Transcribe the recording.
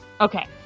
Okay